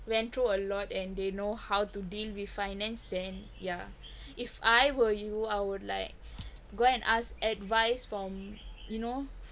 went through a lot and they know how to deal with finance then yeah if I were you I would like go and ask advice from you know